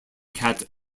cat